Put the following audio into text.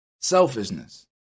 selfishness